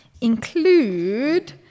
include